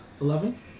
Eleven